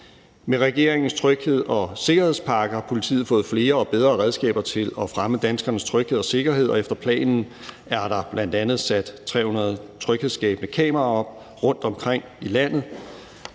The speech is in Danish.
Med regeringens trygheds- og sikkerhedspakke har politiet fået flere og bedre redskaber til at fremme danskernes tryghed og sikkerhed, og efter planen er der bl.a. sat 300 tryghedsskabende kameraer op rundtomkring i landet